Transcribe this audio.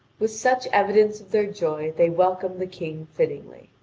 with such evidence of their joy, they welcome the king fittingly.